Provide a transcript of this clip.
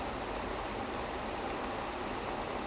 oh did you watch the bad boys for life